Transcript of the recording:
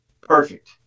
Perfect